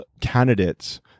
candidates